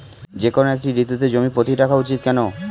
যেকোনো একটি ঋতুতে জমি পতিত রাখা উচিৎ কেন?